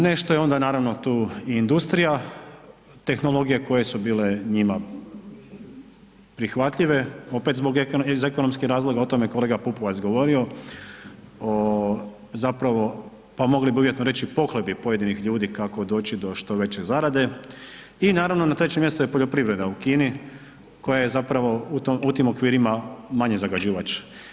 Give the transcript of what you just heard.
Nešto je onda naravno tu i industrija, tehnologija koje su bile njima prihvatljive opet zbog ekonomskih razloga o tome je kolega Pupovac govorio, zapravo pa mogli bi uvjetno reći pohlepi pojedinih ljudi kako doći do što veće zarade i naravno na trećem mjestu je poljoprivreda u Kini koja je zapravo u tim okvirima manji zagađivač.